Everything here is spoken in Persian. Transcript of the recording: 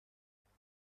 خریدن